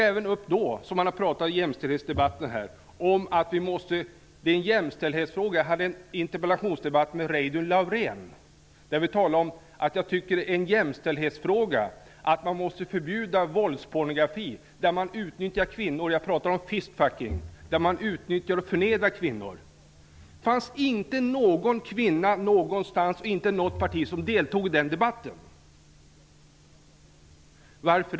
Precis som man sade i jämställdhetsdebatten är det här en jämställdhetsfråga, och det har jag också tidigare tagit upp i en interpellationsdebatt med Reidunn Laurén. Jag sade att jag tycker att det är en jämställdhetsfråga att man måste förbjuda våldspornografi där kvinnor utnyttjas och förnedras -- jag pratar om fistfucking. Det fanns inte någon kvinna från något parti som deltog i den debatten. Varför?